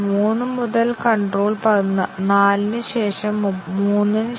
അതിനാൽ multiple condition coverage അപ്രായോഗികമാണ്